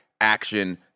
action